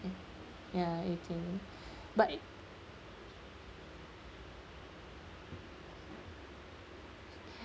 ya A_T_M but